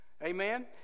Amen